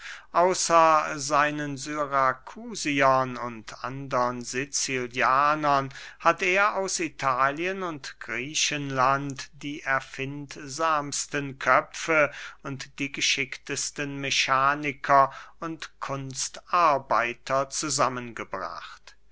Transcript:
außer seinen syrakusiern und andern sicilianern hat er aus italien und griechenland die erfindsamsten köpfe und die geschicktesten mechaniker und kunstarbeiter zusammen